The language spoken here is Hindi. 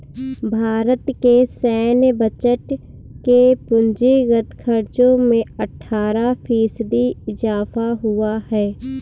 भारत के सैन्य बजट के पूंजीगत खर्चो में अट्ठारह फ़ीसदी इज़ाफ़ा हुआ है